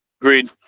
Agreed